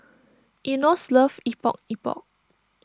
Enos loves Epok Epok